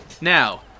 Now